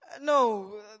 No